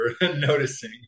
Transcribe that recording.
noticing